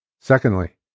Secondly